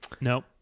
Nope